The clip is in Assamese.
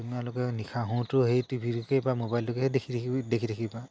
তোমালোকে নিশা হওঁতেও সেই টিভিটোকে বা ম'বাইলটোকে দেখি থাকি দেখি থাকিবা